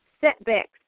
setbacks